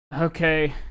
okay